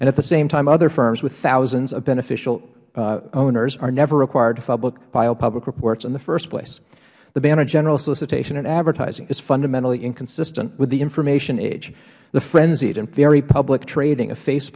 at the same time other firms with thousands of beneficial owners are never required to file public reports in the first place the ban on general solicitation and advertising is fundamentally inconsistent with the information age the frenzied and very public trading